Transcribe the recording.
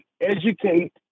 educate